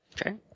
Okay